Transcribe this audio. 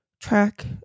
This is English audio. track